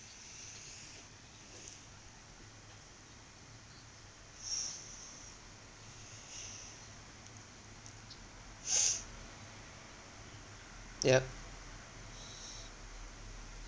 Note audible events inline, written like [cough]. [noise] [breath] [noise] yeah